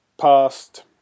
past